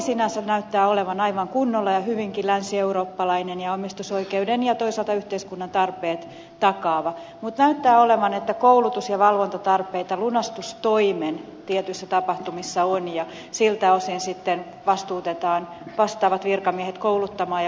laki sinänsä näyttää olevan aivan kunnollinen ja hyvinkin länsieurooppalainen ja omistusoikeuden ja toisaalta yhteiskunnan tarpeet takaava mutta näyttää olevan niin että koulutus ja valvontatarpeita lunastustoimen tietyissä tapahtumissa on ja siltä osin sitten vastuutetaan vastaavat virkamiehet kouluttamaan ja valvomaan koko kenttää